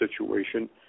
situation